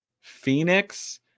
phoenix